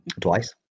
twice